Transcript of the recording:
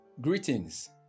Greetings